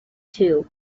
two